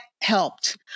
helped